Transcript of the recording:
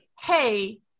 hey